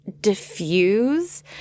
diffuse –